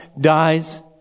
dies